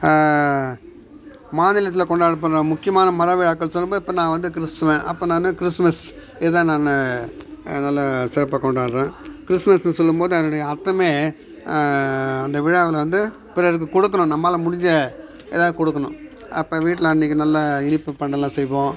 மாநிலத்தில் கொண்டாடப்படுற முக்கியமான மத விழாக்கள் சொல்லும் போது இப்போ நான் வந்து கிறிஸ்தவன் அப்போ நான் கிறிஸ்மஸ் இதுதான் நான் நல்லா சிறப்பாக கொண்டாடுறேன் கிறிஸ்மஸ்ஸு சொல்லும் போது அதனுடைய அர்த்தமே அந்த விழாவில் வந்து பிறருக்கு கொடுக்கணும் நம்மால் முடிஞ்ச எதாவது கொடுக்கணும் அப்போ வீட்டில் அன்னைக்கு நல்ல இனிப்பு பண்டம்லாம் செய்வோம்